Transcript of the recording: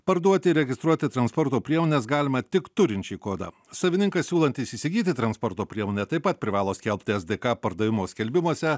parduoti registruoti transporto priemones galima tik turinčiai kodą savininkai siūlantys įsigyti transporto priemonę taip pat privalo skelbti es dė ka pardavimo skelbimuose